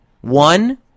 One